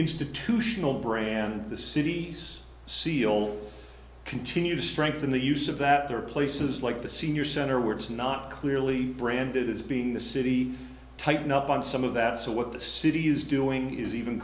institutional brand of the city's c e o will continue to strengthen the use of that there are places like the senior center where it's not clearly branded as being the city tighten up on some of that so what the city is doing is even